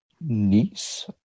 niece